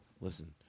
Listen